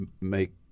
make